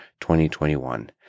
2021